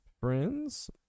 Friends